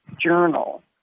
journal